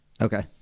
Okay